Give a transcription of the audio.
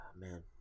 man